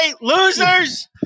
losers